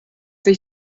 sich